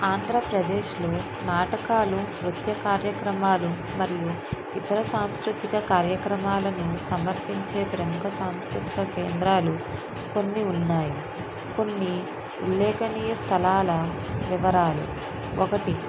ఆంధ్రప్రదేశ్లో నాటకాలు నృత్య కార్యక్రమాలు మరియు ఇతర సాంస్కృతిక కార్యక్రమాలను సమర్పించే ప్రముఖ సాంస్కృతిక కేంద్రాలు కొన్ని ఉన్నాయి కొన్ని ఉలేఖనియ స్థలాల వివరాలు ఒకటి